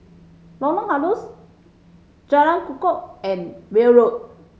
Lorong Halus Jalan Kukoh and Welm Road